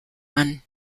one